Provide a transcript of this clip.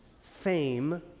fame